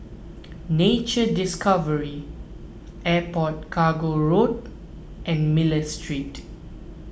Nature Discovery Airport Cargo Road and Miller Street